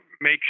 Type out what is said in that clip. make